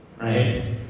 Right